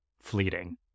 fleeting